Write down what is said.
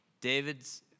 David's